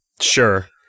Sure